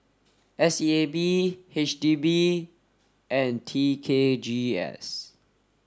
S E A B H D B and T K G S